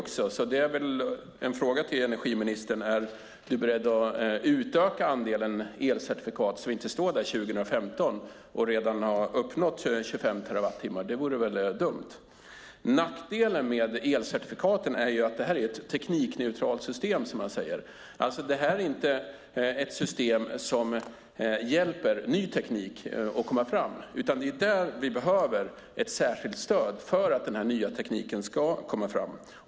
Då är en fråga till energiministern: Är du beredd att utöka andelen elcertifikat så att vi inte står inför 2015 och redan har uppnått 25 terawattimmar? Det vore väl dumt. Nackdelen med elcertifikaten är att det är ett teknikneutralt system, som man säger. Alltså är det inte ett system som hjälper ny teknik att komma fram. Där behöver vi ett särskilt stöd för att den nya tekniken ska komma fram.